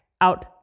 out